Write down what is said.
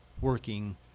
working